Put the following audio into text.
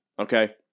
Okay